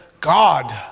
God